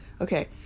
Okay